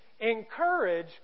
Encourage